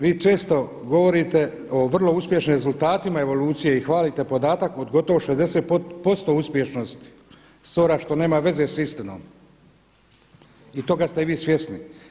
Vi često govorite o vrlo uspješnim rezultatima evolucije i hvalite podatak od gotovo 60% uspješnosti SOR-a što nema veze sa istinom i toga ste i vi svjesni.